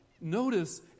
notice